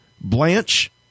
Blanche